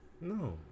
No